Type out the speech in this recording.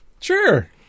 Sure